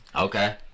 Okay